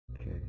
Okay